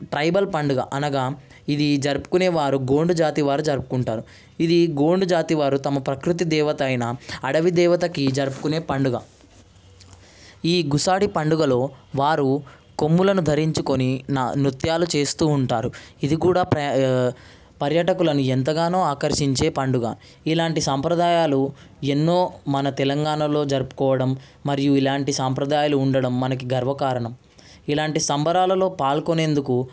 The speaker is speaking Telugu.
ట్రైబల్ పండుగ అనగా ఇది జరుపుకునే వారు గోండు జాతి వారు జరుపుకుంటారు ఇది గోండు జాతి వారు ప్రకృతి పండుగ అయిన అడవిదేవతకి జరుపుకునే పండుగ ఈ గుసాడి పండుగలో వారు కొమ్ములను ధరించుకొని నా నృత్యాలు చేస్తూ ఉంటారు ఇది కూడా ప్ర పర్యాటకులను ఎంతగానో ఆకర్షించే పండుగ ఇలాంటి సంప్రదాయాలు ఎన్నో మన తెలంగాణలో జరుపుకోవడం మరియు ఇలాంటి సాంప్రదాయాలు ఉండడం మనకి గర్వకారణం ఇలాంటి సంబరాలలో పాల్గొనేందుకు